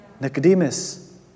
Nicodemus